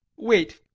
wait!